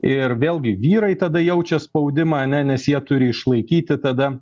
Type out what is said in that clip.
ir vėlgi vyrai tada jaučia spaudimą ane nes jie turi išlaikyti tada